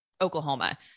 Oklahoma